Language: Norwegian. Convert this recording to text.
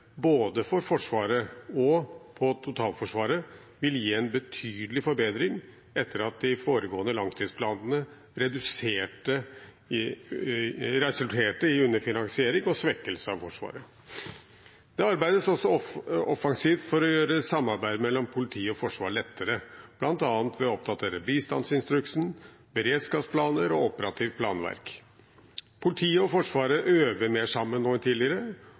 både for Forsvaret og når det gjelder totalforsvaret, vil gi en betydelig forbedring etter at de foregående langtidsplanene resulterte i underfinansiering og en svekkelse av Forsvaret. Det arbeides også offensivt for å gjøre samarbeidet mellom politi og forsvar lettere, bl.a. ved å oppdatere bistandsinstruksen og ved beredskapsplaner og operativt planverk. Politiet og Forsvaret øver mer sammen nå enn tidligere,